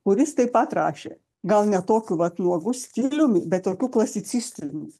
kuris taip pat rašė gal ne tokiu vat nuogu stiliumi bet tokiu klasicistiniu